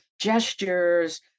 gestures